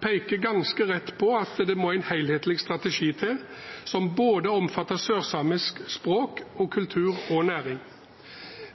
peker ganske rett på at det må en helhetlig strategi til som omfatter både sørsamisk språk, kultur og næring.